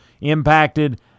impacted